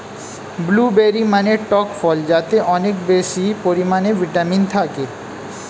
blueberry মানে টক ফল যাতে অনেক বেশি পরিমাণে ভিটামিন থাকে